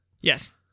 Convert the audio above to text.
Yes